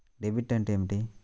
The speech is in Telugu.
డెబిట్ అంటే ఏమిటి?